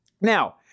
Now